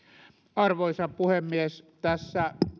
arvoisa puhemies tässä